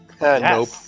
Nope